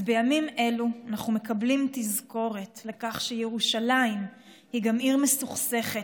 אז בימים אלו אנחנו מקבלים תזכורת לכך שירושלים היא גם עיר מסוכסכת,